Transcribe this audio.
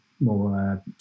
more